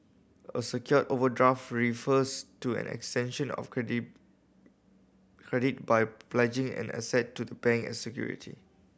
a secured overdraft refers to an extension of credit credit by pledging an asset to the bank as security